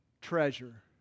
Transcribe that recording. treasure